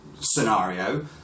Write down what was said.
scenario